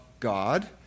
God